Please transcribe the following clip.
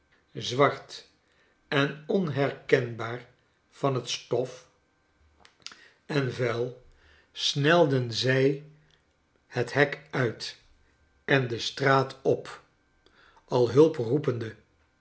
zwart en onherkenbaar van het stof kleike dorrit en vuil snelden zij het hek uit en de straat op al hulp roepende